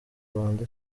rwanda